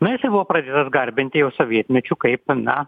na jisai buvo pradėtas garbinti jau sovietmečiu kaip na